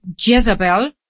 Jezebel